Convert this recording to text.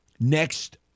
next